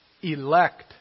Elect